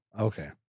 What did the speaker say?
okay